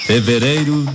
Fevereiro